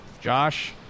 Josh